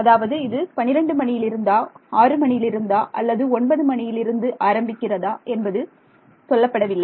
அதாவது இது 12 மணியிலிருந்தா 6 மணியிலிருந்தா அல்லது ஒன்பது மணியிலிருந்து ஆரம்பிக்கிறதா என்பது சொல்லப்படவில்லை